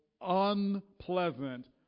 unpleasant